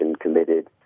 committed